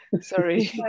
Sorry